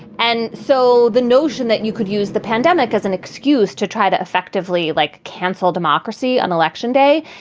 and so the notion that you could use the pandemic as an excuse to try to effectively, like, cancel democracy on election day,